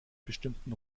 bestimmten